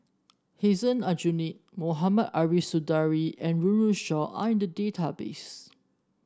Hussein Aljunied Mohamed Ariff Suradi and Run Run Shaw are in the database